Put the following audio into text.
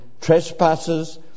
trespasses